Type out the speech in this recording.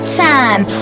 time